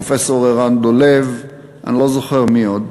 פרופסור ערן דולב ואני לא זוכר מי עוד,